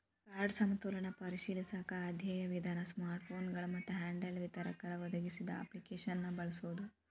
card ಸಮತೋಲನ ಪರಿಶೇಲಿಸಕ ಆದ್ಯತೆಯ ವಿಧಾನ ಸ್ಮಾರ್ಟ್ಫೋನ್ಗಳ ಮತ್ತ ಹ್ಯಾಂಡ್ಹೆಲ್ಡ್ ವಿತರಕರ ಒದಗಿಸಿದ ಅಪ್ಲಿಕೇಶನ್ನ ಬಳಸೋದ